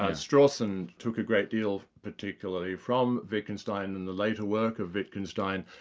ah strawson took a great deal particularly from wittgenstein and the later work of wittgenstein,